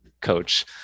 coach